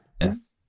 yes